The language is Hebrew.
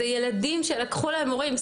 זה ילדים שלקחו להם הורים.